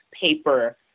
paper